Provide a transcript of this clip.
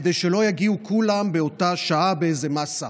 כדי שלא יגיעו כולם באותה שעה באיזו מאסה.